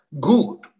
good